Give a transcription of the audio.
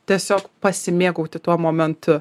tiesiog pasimėgauti tuo momentu